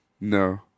no